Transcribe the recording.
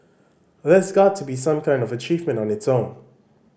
that's got to be some kind of achievement on its own